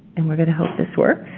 and we're going to hope this works.